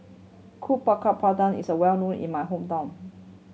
Kuih Bakar Pandan is a well known in my hometown